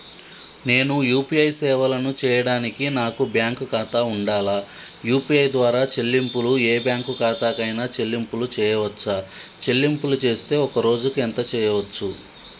నేను యూ.పీ.ఐ సేవలను చేయడానికి నాకు బ్యాంక్ ఖాతా ఉండాలా? యూ.పీ.ఐ ద్వారా చెల్లింపులు ఏ బ్యాంక్ ఖాతా కైనా చెల్లింపులు చేయవచ్చా? చెల్లింపులు చేస్తే ఒక్క రోజుకు ఎంత చేయవచ్చు?